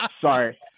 Sorry